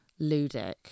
ludic